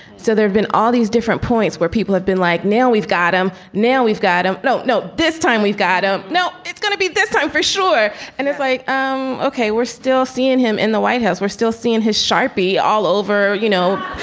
so there've been all these different points where people have been like, now we've got him, now we've got him no, no. this time we've gotta now it's gonna be this time for sure and it's like, um okay, we're still seeing him in the white house. we're still seeing his sharpey all over, you know,